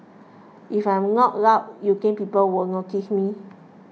if I am not loud you think people will notice me